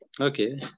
Okay